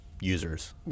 users